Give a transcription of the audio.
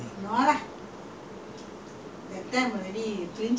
when when I was talking uh you were only about three four years old only